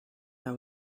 that